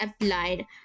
applied